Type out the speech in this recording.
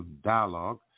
dialogue